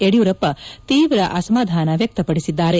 ಯಡಿಯೂರಪ್ಪ ತೀವ್ರ ಅಸಮಾಧಾನ ವ್ಯಕ್ತಪಡಿಸಿದ್ದಾರೆ